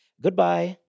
goodbye